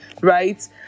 right